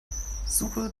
suche